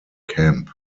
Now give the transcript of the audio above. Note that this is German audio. camp